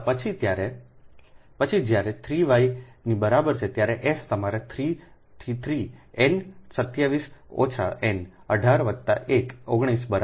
પછી જ્યારે y 3 ની બરાબર છે ત્યારે S તમારા 3 થી 3 9 27 ઓછા 9 18 વત્તા 1 19 બરાબર છે